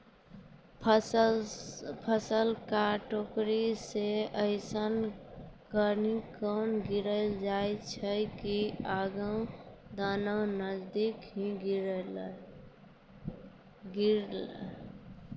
फसल क टोकरी सें ऐसें करि के गिरैलो जाय छै कि अन्न केरो दाना नजदीके ही गिरे